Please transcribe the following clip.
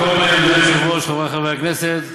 על כל פנים, אדוני היושב-ראש, חברי חברי הכנסת,